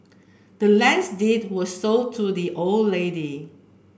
the land's deed was sold to the old lady